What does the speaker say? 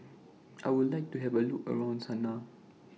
I Would like to Have A Look around Sanaa